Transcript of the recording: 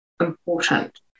important